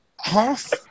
half